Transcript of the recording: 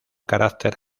carácter